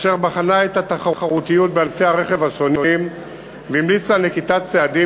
אשר בחנה את התחרותיות בענפי הרכב השונים והמליצה על נקיטת צעדים